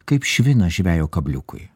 kaip švinas žvejo kabliukui